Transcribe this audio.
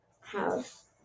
house